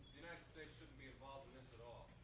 united states shouldn't be involved in this and all.